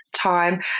time